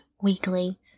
weekly